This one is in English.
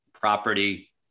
property